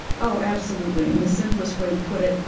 oh, absolutely. and the simplest way to put it,